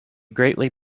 greatly